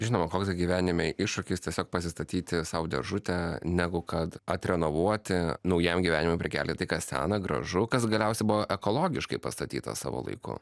žinoma koks gyvenime iššūkis tiesiog pasistatyti sau dėžutę negu kad atrenovuoti naujam gyvenimui prikelti tai kas seną gražu kas galiausia buvo ekologiškai pastatyta savo laiku